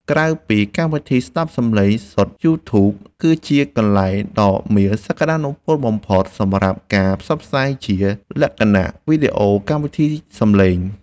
ក្រៅពីកម្មវិធីស្តាប់សំឡេងសុទ្ធយូធូបគឺជាកន្លែងដ៏មានសក្តានុពលបំផុតសម្រាប់ការផ្សព្វផ្សាយជាលក្ខណៈវីដេអូកម្មវិធីសំឡេង។